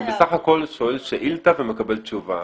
אני בסך הכול שואל שאילתה ומקבל תשובה.